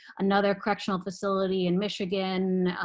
another correctional facility in michigan,